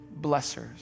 blessers